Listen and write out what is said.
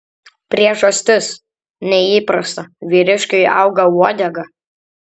priežastis neįprasta vyriškiui auga uodega